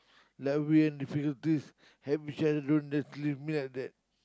like we in difficulties help each other don't just leave me like that